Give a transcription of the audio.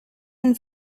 and